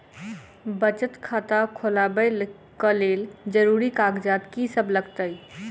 बचत खाता खोलाबै कऽ लेल जरूरी कागजात की सब लगतइ?